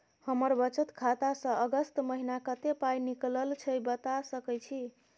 हमर बचत खाता स अगस्त महीना कत्ते पाई निकलल छै बता सके छि?